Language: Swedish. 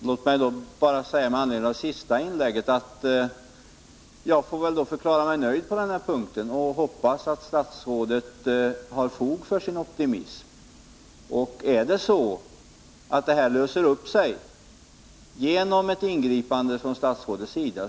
Herr talman! Låt mig bara säga med anledning av det senaste inlägget att jag förklarar mig nöjd på denna punkt. Jag hoppas att statsrådet har fog för sin optimism. Jag är naturligtvis tacksam om det hela löser sig genom ett ingripande från statsrådet.